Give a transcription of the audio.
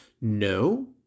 No